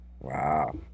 Wow